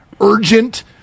urgent